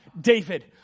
David